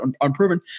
unproven